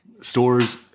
stores